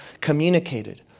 communicated